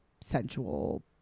sensual